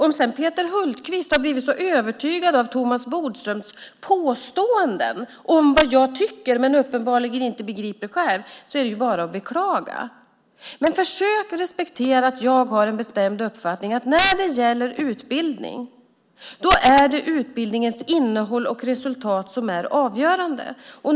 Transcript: Om sedan Peter Hultqvist har blivit så övertygad av Thomas Bodströms påståenden om vad jag tycker, men uppenbarligen inte begriper själv, är det bara att beklaga. Försök att respektera att jag har en bestämd uppfattning när det gäller utbildning, nämligen att det är utbildningens innehåll och resultat som är avgörande.